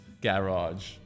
garage